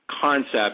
concept